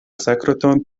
sekreton